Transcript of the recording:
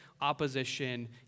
opposition